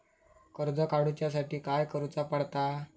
कर्ज काडूच्या साठी काय करुचा पडता?